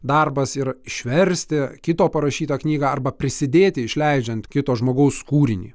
darbas yra išversti kito parašytą knygą arba prisidėti išleidžiant kito žmogaus kūrinį